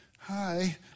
Hi